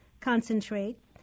concentrate